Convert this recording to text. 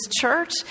church